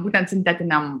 būtent sintetiniam